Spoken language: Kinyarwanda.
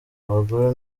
abagore